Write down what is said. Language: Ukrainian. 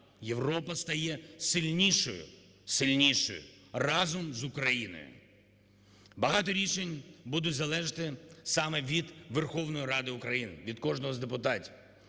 сильнішою – сильнішою! – разом з Україною. Багато рішень буде залежати саме від Верховної Ради України, від кожного з депутатів,